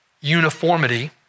uniformity